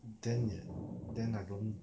then they then I don't